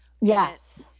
yes